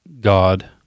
God